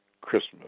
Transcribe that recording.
Christmas